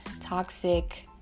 toxic